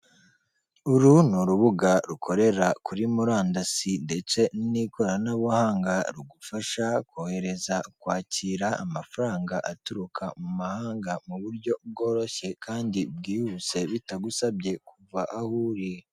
Uru ni urubuga rukorera kuri murandasi ndetse n'ikoranabuhanga rugufasha kohereza, kwakira amafaranga aturuka mu mahanga mu buryo bworoshye kandi bwihuse bitagusabye kuva aho uri.